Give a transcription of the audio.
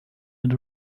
and